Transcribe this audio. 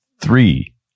Three